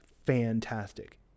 fantastic